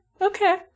Okay